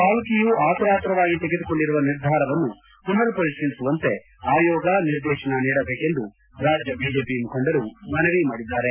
ಪಾಲಿಕೆಯು ಅತುರಾತುರವಾಗಿ ತೆಗೆದುಕೊಂಡಿರುವ ನಿರ್ಧಾರವನ್ನು ಪುನರ್ ಪರಿಶೀಲಿಸುವಂತೆ ಆಯೋಗ ನಿರ್ದೇತನ ನೀಡಬೇಕೆಂದು ರಾಜ್ಯ ಬಿಜೆಪಿ ಮುಖಂಡರು ಮನವಿ ಮಾಡಿದ್ಲಾರೆ